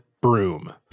broom